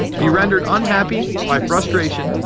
be rendered unhappy by frustration.